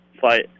fight